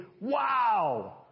wow